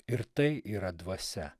ir tai yra dvasia